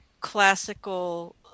classical